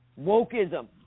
wokeism